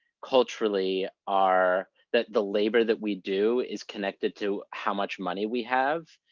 culturally, are, that the labor that we do is connected to how much money we have,